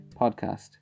Podcast